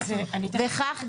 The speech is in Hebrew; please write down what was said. בהכרח,